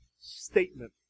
statement